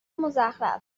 مزخرف